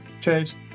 Cheers